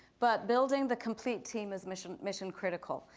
but building the complete team as mission mission critical.